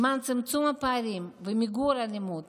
למען צמצום הפערים ומיגור האלימות,